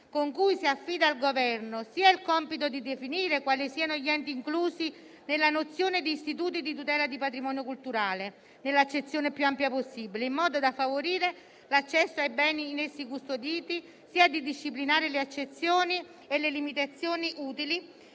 con cui si affida al Governo sia il compito di definire quali siano gli enti inclusi nella nozione di istituti di tutela del patrimonio culturale, nell'accezione più ampia possibile, in modo da favorire l'accesso ai beni in essi custoditi, sia di disciplinare le eccezioni e le limitazioni utili